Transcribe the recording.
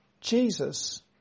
Jesus